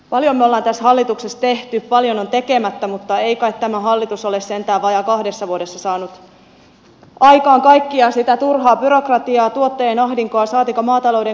paljon me olemme tässä hallituksessa tehneet paljon on tekemättä mutta ei kai tämä hallitus ole sentään vajaassa kahdessa vuodessa saanut aikaan kaikkea sitä turhaa byrokratiaa tuottajien ahdinkoa saatikka maatalouden kannattavuusongelmaa